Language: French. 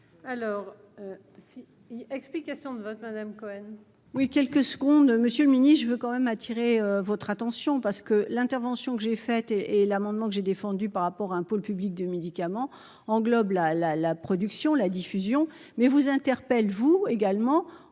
alors si y'explications de vote Madame Cohen. Oui, quelques secondes, monsieur le mini je veux quand même attirer votre attention parce que l'intervention que j'ai fait et et l'amendement que j'ai défendue par rapport à un pôle public du médicament englobe la la la production, la diffusion mais vous interpelle, vous également